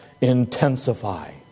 intensify